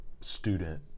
student